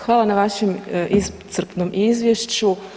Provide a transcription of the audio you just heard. Hvala na vašem iscrpnom izvješću.